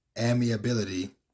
Amiability